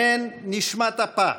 הן נשמת אפה,